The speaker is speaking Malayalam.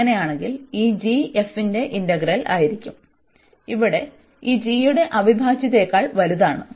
അങ്ങനെയാണെങ്കിൽ ഈ g f ന്റെ ഇന്റഗ്രൽ ആയിരിക്കും ഇവിടെ ഈ g യുടെ അവിഭാജ്യത്തേക്കാൾ വലുതാണ്